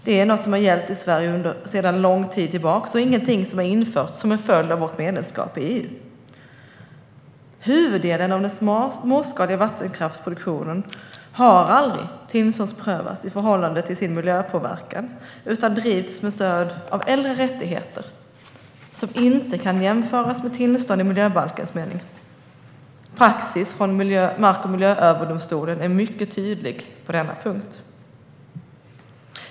Detta är något som gällt i Sverige sedan lång tid tillbaka och inget som införts som en följd av vårt medlemskap i EU. Huvuddelen av den småskaliga vattenkraftsproduktionen har aldrig tillståndsprövats i förhållande till sin miljöpåverkan utan drivs med stöd av äldre rättigheter som inte kan jämställas med tillstånd i miljöbalkens mening. Praxis från Mark och miljööverdomstolen är mycket tydlig på denna punkt.